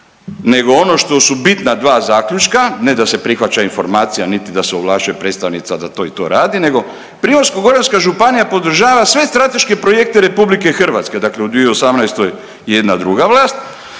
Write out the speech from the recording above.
nego ono što su bitna dva zaključka ne da se prihvaća informacija, niti da se ovlašćuje predstavnica da to i to radi, nego Primorsko-goranska županija podržava sve strateške projekte Republike Hrvatske. Dakle, u 2018. jedna druga vlast